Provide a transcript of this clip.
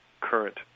current